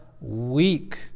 weak